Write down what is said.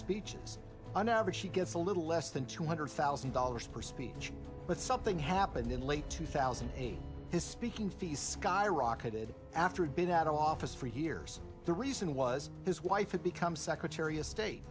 speeches on average she gets a little less than two hundred thousand dollars per speech but something happened in late two thousand and eight his speaking fees skyrocketed after a big out of office for years the reason was his wife had become secretary of state